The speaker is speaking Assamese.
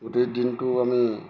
গোটেই দিনটো আমি